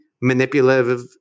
manipulative